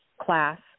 class